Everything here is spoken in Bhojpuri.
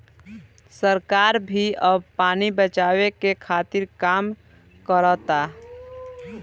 सरकार भी अब पानी बचावे के खातिर काम करता